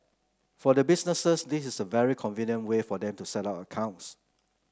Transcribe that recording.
for the businesses this is a very convenient way for them to set up accounts